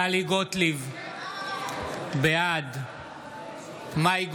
טלי גוטליב, בעד מאי גולן,